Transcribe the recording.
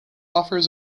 offers